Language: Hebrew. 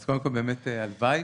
אז באמת הלוואי.